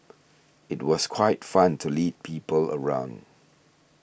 it was quite fun to lead people around